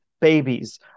babies